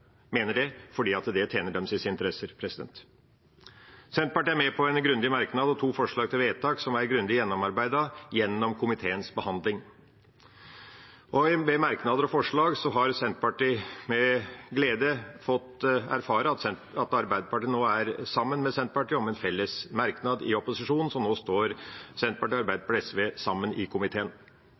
det fordi det tjener deres interesser. Senterpartiet er med på grundige merknader og to forslag til vedtak, som er grundig gjennomarbeidet gjennom komiteens behandling. Ved merknader og forslag har Senterpartiet med glede fått erfare at Arbeiderpartiet nå er sammen med Senterpartiet om felles merknader i opposisjon, så nå står Senterpartiet, Arbeiderpartiet og SV sammen i komiteen.